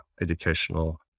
educational